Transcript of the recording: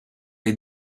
est